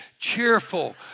cheerful